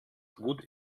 gut